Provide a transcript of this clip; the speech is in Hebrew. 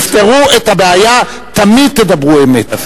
תפתרו את הבעיה, תמיד תדברו אמת.